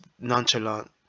nonchalant